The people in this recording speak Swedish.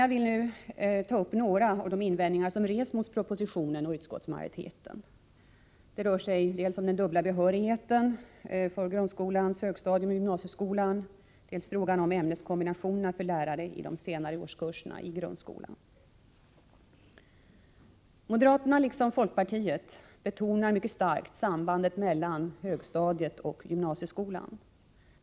Jag vill nu ta upp några av de invändningar som rests mot propositionen och mot utskottsmajoriteten. De rör dels den dubbla behörig Moderaterna, liksom folkpartiet, betonar mycket starkt sambandet mellan högstadiet och gymnasieskolan.